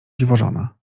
dziwożona